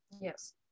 Yes